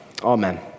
Amen